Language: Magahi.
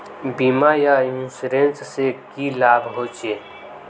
बीमा या इंश्योरेंस से की लाभ होचे?